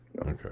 Okay